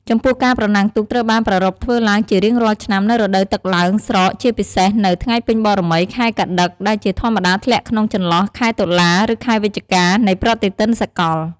ចំពោះការប្រណាំងទូកត្រូវបានប្រារព្ធធ្វើឡើងជារៀងរាល់ឆ្នាំ នៅរដូវទឹកឡើងស្រក ជាពិសេសនៅ ថ្ងៃពេញបូណ៌មី ខែកត្តិក ដែលជាធម្មតាធ្លាក់ក្នុងចន្លោះ ខែតុលា ឬខែវិច្ឆិកា នៃប្រតិទិនសកល។